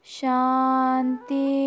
shanti